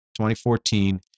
2014